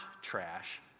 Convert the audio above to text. trash